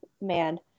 man